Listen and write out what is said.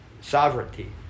sovereignty